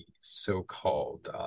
so-called